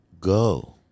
go